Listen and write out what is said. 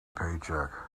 paycheck